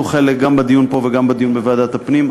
חלק גם בדיון פה וגם בדיון בוועדת הפנים.